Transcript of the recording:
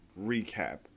recap